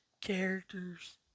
characters